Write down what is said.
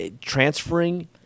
transferring